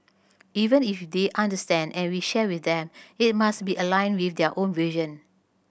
even if they understand and we share with them it must be aligned with their own vision